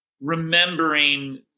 remembering